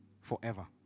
Forever